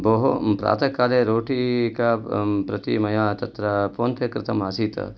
भोः प्रातःकाले रोटिका प्रति मया तत्र फ़ोन् पे कृतम् आसीत्